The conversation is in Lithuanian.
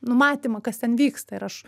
numatymą kas ten vyksta ir aš